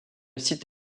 site